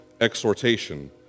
exhortation